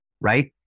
right